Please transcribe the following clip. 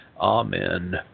Amen